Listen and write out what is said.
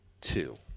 two